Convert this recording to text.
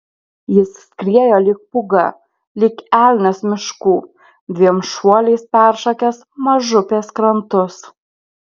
jis skriejo lyg pūga lyg elnias miškų dviem šuoliais peršokęs mažupės krantus